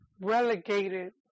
relegated